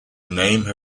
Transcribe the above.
name